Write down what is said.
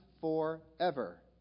forever